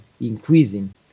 increasing